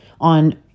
on